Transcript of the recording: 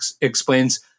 explains